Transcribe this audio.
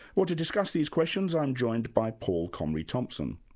well to discuss these questions i'm joined by paul conroy thompson,